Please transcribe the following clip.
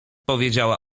powiedziała